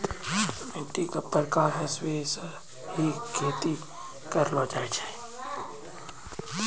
मिट्टी के प्रकार के हिसाब स हीं खेती करलो जाय छै